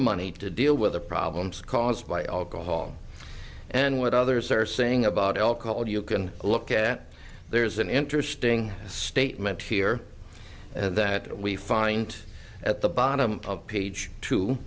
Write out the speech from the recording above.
money to deal with the problems caused by alcohol and what others are saying about alcohol you can look at there's an interesting statement here that we find at the bottom of page two